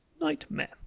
nightmare